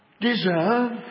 deserve